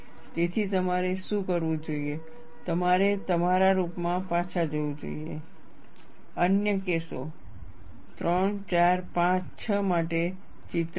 તેથી તમારે શું કરવું જોઈએ તમારે તમારા રૂમમાં પાછા જવું જોઈએ અન્ય કેસો 3 4 5 6 માટે ચિત્રો ભરો